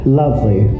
lovely